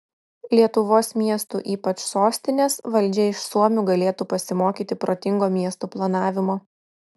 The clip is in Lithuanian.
lietuvos miestų ypač sostinės valdžia iš suomių galėtų pasimokyti protingo miestų planavimo